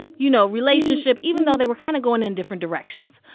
you know, relationship even though they were kind of going in different directions.